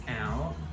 out